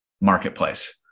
marketplace